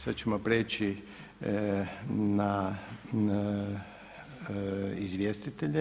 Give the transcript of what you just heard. Sada ćemo prijeći na izvjestitelje.